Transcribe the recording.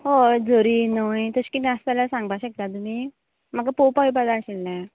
हय झरी न्हंय तशें कितें आसा जाल्यार सांगपा शकता तुमी म्हाका पळोवपा येवपा जाय आशिल्लें